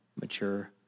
mature